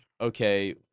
okay